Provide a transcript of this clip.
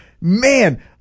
man